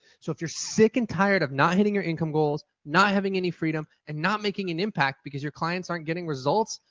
so if you're sick and tired of not hitting your income goals, not having any freedom and not making an impact, because your clients aren't getting results,